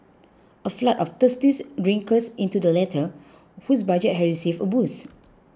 a flood of thirsty drinkers into the latter whose budget has received a boost